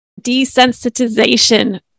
Desensitization